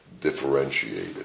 differentiated